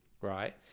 right